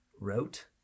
wrote